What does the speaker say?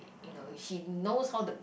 you know she knows how to